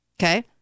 Okay